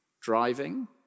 driving